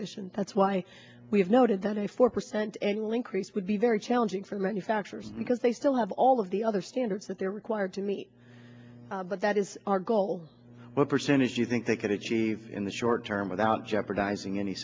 efficient that's why we have noted that a four percent annual increase would be very challenging for manufacturers because they still have all of the other standards that they're required to meet but that is our goal what percentage do you think they can achieve in the short term without jeopardizing any